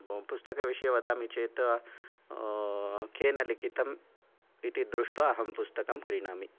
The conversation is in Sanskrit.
ब पुस्तकविषये वदामि चेत् केन लिखितम् इति दृष्ट्वा अहं पुस्तकं क्रीणामि